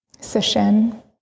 session